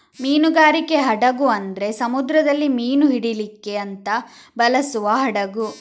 ಮೀನುಗಾರಿಕೆ ಹಡಗು ಅಂದ್ರೆ ಸಮುದ್ರದಲ್ಲಿ ಮೀನು ಹಿಡೀಲಿಕ್ಕೆ ಅಂತ ಬಳಸುವ ಹಡಗು